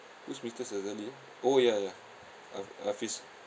who's mister sazali oh ya ya haf~ hafiz